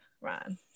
Ron